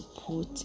put